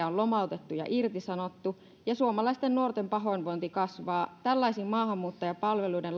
on lomautettu ja irtisanottu ja suomalaisten nuorten pahoinvointi kasvaa tällaisiin maahanmuuttajapalveluiden